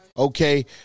Okay